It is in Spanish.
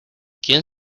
quién